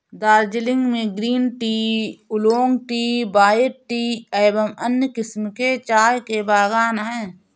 दार्जिलिंग में green tea, oolong tea, white tea एवं अन्य किस्म के चाय के बागान हैं